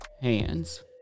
hands